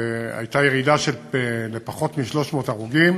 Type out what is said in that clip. הייתה ירידה לפחות מ-300 הרוגים,